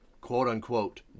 quote-unquote